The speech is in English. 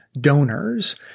donors